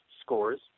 scores